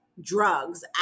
drugs